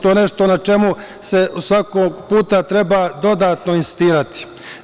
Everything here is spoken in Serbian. To je nešto na čemu svakog puta treba dodatno insistirati.